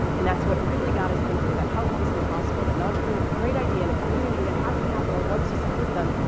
and that's what really got us thinking about how could this be possible that an entrepreneur with a great idea, and a community that has the capital and wants to support them,